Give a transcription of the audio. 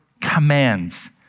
commands